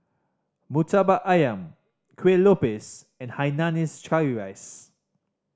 Murtabak Ayam kue lupis and hainanese curry rice